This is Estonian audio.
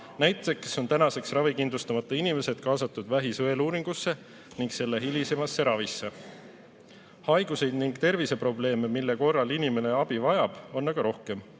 Näiteks on tänaseks ravikindlustamata inimesed kaasatud vähi sõeluuringusse ning selle hilisemasse ravisse. Haigusi ja terviseprobleeme, mille korral inimene abi vajab, on aga rohkem.